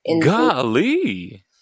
Golly